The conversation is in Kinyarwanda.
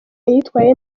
yitwaye